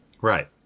Right